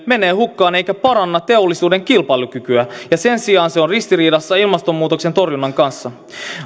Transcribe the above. menee hukkaan eikä paranna teollisuuden kilpailukykyä sen sijaan se on ristiriidassa ilmastonmuutoksen torjunnan kanssa